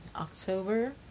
October